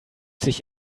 sich